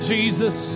Jesus